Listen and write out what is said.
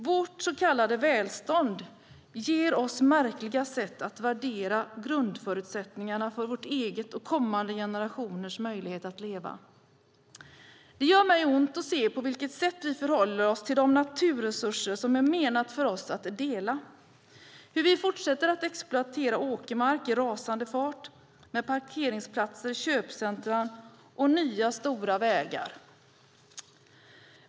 Vårt så kallade välstånd ger oss märkliga sätt att värdera grundförutsättningarna för vår egen och kommande generationers möjlighet att leva. Det gör mig ont att se på vilket sätt vi förhåller oss till de naturresurser som är menade för oss att dela, hur vi fortsätter att exploatera åkermark i rasande fart med parkeringsplatser, köpcentrum och nya stora vägar.